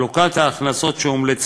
שאומנם